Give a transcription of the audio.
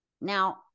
Now